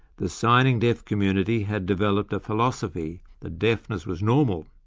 the signing deaf community had developed a philosophy that deafness was normal,